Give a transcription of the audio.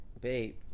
Babe